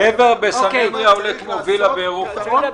קבר בסנהדריה עולה כמו וילה בירוחם.